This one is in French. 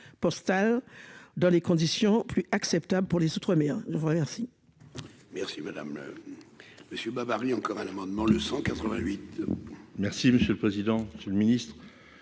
dans des conditions plus acceptables pour les outre-mer je vous remercie. Merci madame monsieur Barnier, encore un, l'amendement le 188. Merci monsieur le président, Monsieur le Ministre